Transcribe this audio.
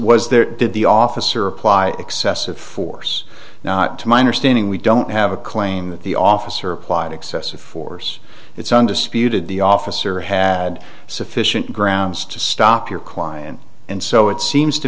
was there did the officer apply excessive force not to minor standing we don't have a claim that the officer applied excessive force it's undisputed the officer had sufficient grounds to stop your client and so it seems to